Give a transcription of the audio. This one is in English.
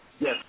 Yes